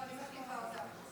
לא, אני מחליפה אותה.